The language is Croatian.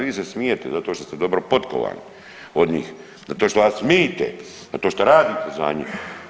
Vi se smijete zato što ste dobro potkovani od njih, zato što vas mite, zato što radite za njih.